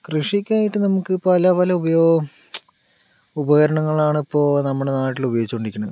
കൃഷിക്കായിട്ട് നമുക്ക് പല പല ഉപയോഗം ഉപകരണങ്ങളാണ് ഇപ്പോൾ നമ്മുടെ നാട്ടില് ഉപയോഗിച്ചു കൊണ്ടിരിക്കണത്